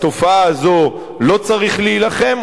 בתופעה הזו לא צריך להילחם,